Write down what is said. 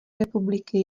republiky